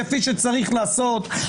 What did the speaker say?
כפי שצריך לעשות,